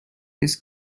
this